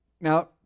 Now